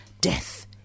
Death